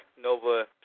Nova